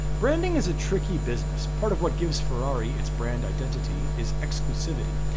branding is a tricky business. part of what gives ferrari its brand identity is exclusivity.